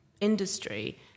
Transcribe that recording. industry